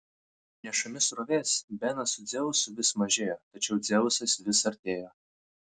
nešami srovės benas su dzeusu vis mažėjo tačiau dzeusas vis artėjo